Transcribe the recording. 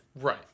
Right